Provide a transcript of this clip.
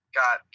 got